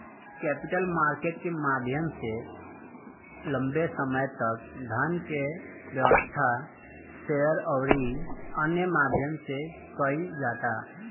capital market के माध्यम से लंबे समय तक धन के व्यवस्था, शेयर अउरी अन्य माध्यम से कईल जाता